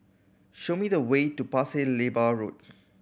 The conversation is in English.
show me the way to Pasir Laba Road